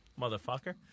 Motherfucker